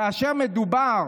כאשר מדובר